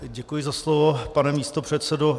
Děkuji za slovo, pane místopředsedo.